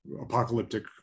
apocalyptic